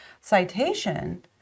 citation